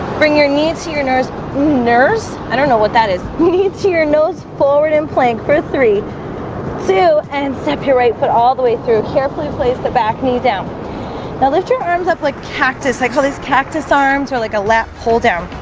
bring your knees to your nurse nurse. i don't know what that is. you need to your nose forward in plank four three two and step your right foot all the way through carefully place the back knee down now lift your arms up like cactus. i call these cactus arms or like a lat pulldown